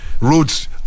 roads